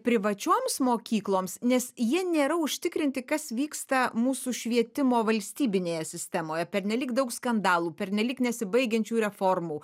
privačioms mokykloms nes jie nėra užtikrinti kas vyksta mūsų švietimo valstybinėje sistemoje pernelyg daug skandalų pernelyg nesibaigiančių reformų